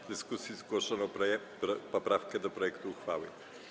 W dyskusji zgłoszono poprawkę do projektu uchwały.